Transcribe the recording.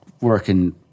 working